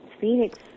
Phoenix